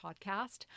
podcast